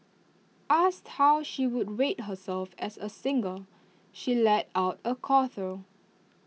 asked how she would rate herself as A singer she lets out A chortle